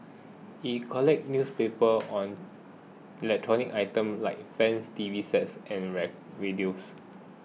he collects newspapers or electronic items like fans T V sets and radios